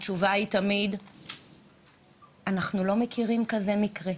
התשובה היא שלא מכירים כזה מקרה,